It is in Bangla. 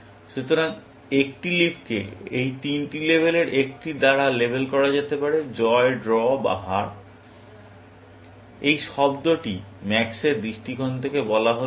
সুতরাং একটি লিফ কে এই তিনটি লেবেলের একটি দ্বারা লেবেল করা যেতে পারে জয় ড্র বা হার এবং এই শব্দটি ম্যাক্স এর দৃষ্টিকোণ থেকে বলা হল